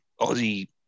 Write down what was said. Aussie